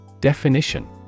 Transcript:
Definition